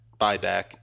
buyback